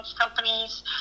companies